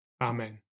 Amen